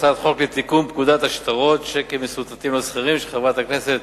הצעת חוק לתיקון פקודת השטרות (שיקים מסורטטים לא סחירים) של חברת הכנסת